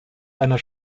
einer